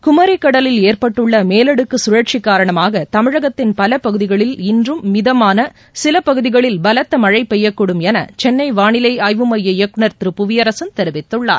குமரிக்கடலில் ஏற்பட்டுள்ள மேலடுக்கு சுழற்சி காரணமாக தமிழகத்தின் பல பகுதிகளில் இன்றும் மிதமான சில பகுதிகளில் பலத்த மழை பெய்யக்கூடும் என சென்னை வாளிலை ஆய்வு எமய இயக்குநர் திரு புவியரசன் தெரிவித்துள்ளார்